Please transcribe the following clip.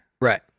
right